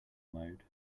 mode